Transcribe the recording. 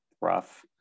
rough